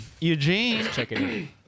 Eugene